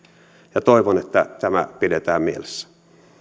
ja toivon että tämä pidetään mielessä